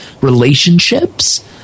relationships